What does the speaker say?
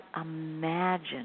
imagine